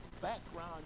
background